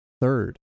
third